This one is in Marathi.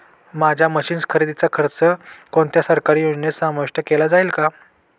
माझ्या मशीन्स खरेदीचा खर्च कोणत्या सरकारी योजनेत समाविष्ट केला जाईल का?